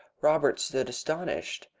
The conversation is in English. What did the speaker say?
robert stood astonished.